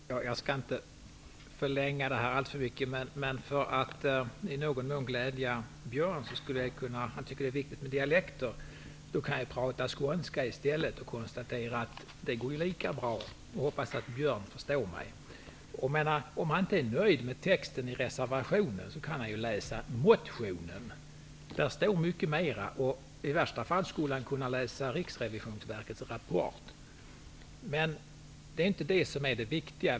Herr talman! Jag skall inte förlänga debatten alltför mycket. För att i någon mån glädja Björn Samuelson, som tycker att det är viktigt med dialekter, kan jag tala skånska i stället. Det går lika bra. Jag hoppas att Björn Samuelson förstår mig. Om Björn Samuelson inte är nöjd med texten i reservationen kan han ju läsa motionen. Där står mycket mer. I värsta fall skulle han kunna läsa Riksrevisionsverkets rapport. Det är inte det som är det viktiga.